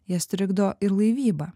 jas trikdo ir laivyba